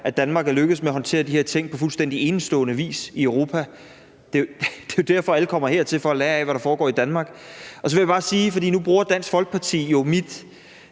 Danmark er lykkedes med at håndtere de her ting på fuldstændig enestående vis i Europa. Det er jo derfor, alle kommer hertil. Det er for at lære af, hvad der foregår i Danmark. Nu bruger Dansk Folkeparti jo min